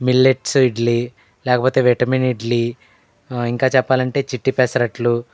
millets idli లేకపోతే vitamin idli ఇంకా చెప్పాలంటే చిట్టి పెసరట్లు